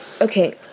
okay